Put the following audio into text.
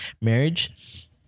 marriage